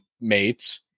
mates